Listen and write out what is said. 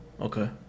Okay